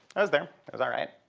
i was there. it was all right.